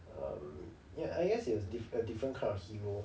and ya iron man is a dis~ a different kind of hero